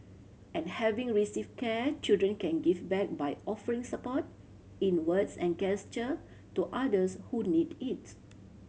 and having received care children can give back by offering support in words and gesture to others who need its